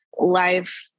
life